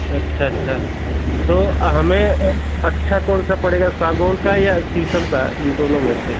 अच्छा अच्छा तो हमें अच्छा कौन सा पड़ेगा सागवान का या शीशम का इन दोनों में से